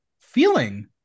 feeling